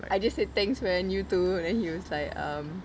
I just said thanks man you too then he was like um